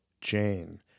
Jane